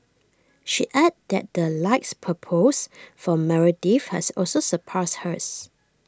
she added that the likes per post for Meredith has also surpassed hers